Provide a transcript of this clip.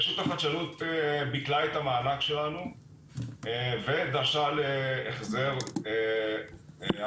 רשות החדשנות ביטלה את המענק שלנו ודרשה את החזר המקדמות.